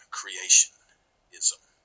creationism